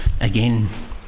again